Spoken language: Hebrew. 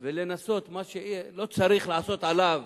ולנסות, מה שלא צריך לעשות עליו